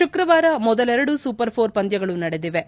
ಶುಕ್ರವಾರ ಮೊದಲೆರಡು super four ಪಂದ್ಯಗಳು ನಡೆದಿವೆ